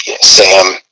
Sam